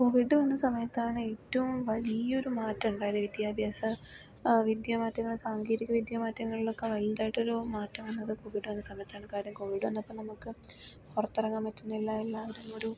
Covid വന്ന സമയത്താണ് ഏറ്റവും വലിയൊരു മാറ്റം ഉണ്ടായത് വിദ്യാഭ്യാസ വിദ്യ മാറ്റങ്ങൾ സാങ്കേതിക വിദ്യ മാറ്റങ്ങളിലൊക്കെ വലുതായിട്ടൊരു മാറ്റം വന്നത് കോവിഡ് വന്ന സമയത്താണ് കാരണം കോവിഡ് വന്നപ്പം നമുക്ക് പുറത്തിറങ്ങാൻ പറ്റുന്നില്ല എല്ലാവരും ഒരു